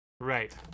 Right